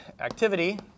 activity